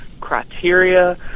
criteria